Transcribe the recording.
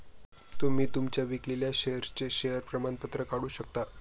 तुम्ही तुमच्या विकलेल्या शेअर्सचे शेअर प्रमाणपत्र काढू शकता